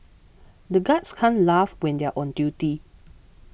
the guards can't laugh when they are on duty